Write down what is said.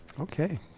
Okay